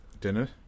dinner